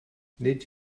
nid